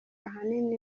ahanini